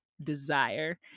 desire